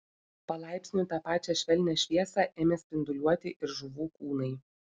palaipsniui tą pačią švelnią šviesą ėmė spinduliuoti ir žuvų kūnai